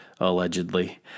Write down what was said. Allegedly